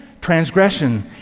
transgression